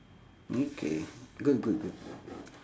okay good good good